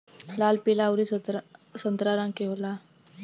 लाल पीला अउरी संतरा रंग के होला